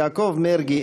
יעקב מרגי,